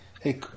Hey